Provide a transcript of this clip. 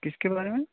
किसके बारे में